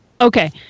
Okay